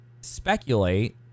speculate